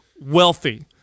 wealthy